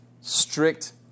strict